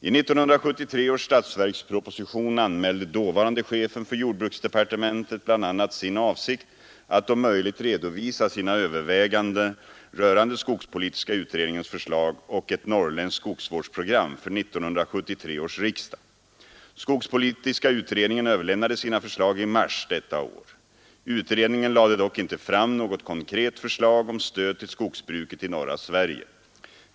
I 1973 års statsverksproposition anmälde dåvarande chefen för jordbruksdepartementet bl.a. sin avsikt att om möjligt redovisa sina överväganden rörande skogspolitiska utredningens förslag och ett norrländskt skogsvårdsprogram för 1973 års riksdag. Skogspolitiska utredningen överlämnade sina förslag i mars detta år. Utredningen lade dock inte fram något konkret förslag om stöd till skogsbruket i norra Sverige.